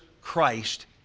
Christ